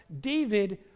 David